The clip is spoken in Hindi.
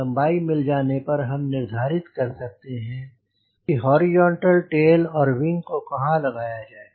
लम्बाई मिल जाने पर हम निर्धारित कर सकते हैं कि हॉरिजॉन्टल टेल और विंग को कहाँ लगाया जाए